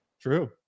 True